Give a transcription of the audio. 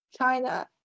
China